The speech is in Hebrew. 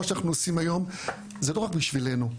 מה שאנחנו עושים היום זה לא רק בשבילנו,